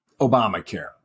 Obamacare